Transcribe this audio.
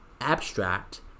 abstract